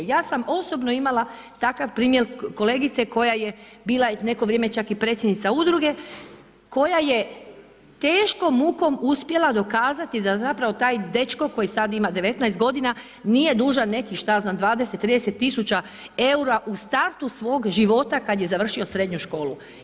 Ja sam osobno imala takav primjer kolegica, koja je bila neko vrijeme čak i predsjednica udruga, koja je teško mukom uspjela dokazati da zapravo taj dečko koji sada ima 19 godina nije dužan nekih što ja znam 20, 30 tisuća eura u startu svog života kada je završio srednju školu.